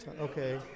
okay